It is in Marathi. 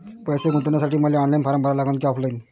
पैसे गुंतन्यासाठी मले ऑनलाईन फारम भरा लागन की ऑफलाईन?